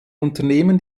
unternehmer